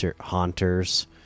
Haunters